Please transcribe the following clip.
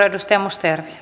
arvoisa puhemies